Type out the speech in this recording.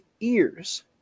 ears